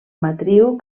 matriu